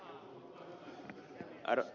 ensinnäkin ed